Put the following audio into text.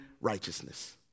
righteousness